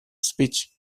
speech